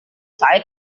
saya